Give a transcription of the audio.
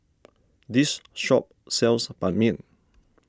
this shop sells Ban Mian